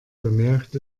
bemerkt